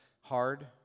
hard